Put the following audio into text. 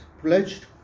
pledged